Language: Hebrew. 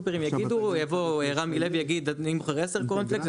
יבוא רמי לוי אני מוכר עשר קורנפלקס,